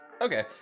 Okay